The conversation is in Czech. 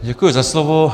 Děkuji za slovo.